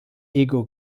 ego